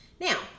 Now